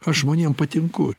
aš žmonėm patinku